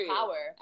power